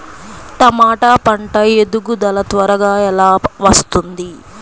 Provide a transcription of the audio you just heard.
టమాట పంట ఎదుగుదల త్వరగా ఎలా వస్తుంది?